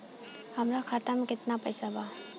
हमरा खाता मे केतना पैसा बा?